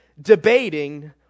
debating